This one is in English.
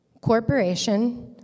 corporation